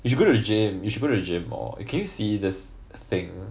we should go to the gym we should go to the gym more